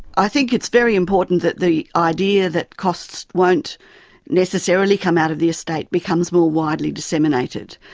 i think it's very important that the idea that costs won't necessarily come out of the estate becomes more widely disseminated.